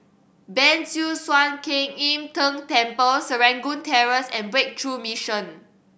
Ban Siew San Kuan Im Tng Temple Serangoon Terrace and Breakthrough Mission